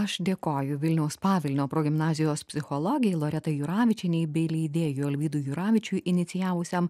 aš dėkoju vilniaus pavilnio progimnazijos psichologei loretai juravičienei bei leidėjui alvydui juravičiui inicijavusiam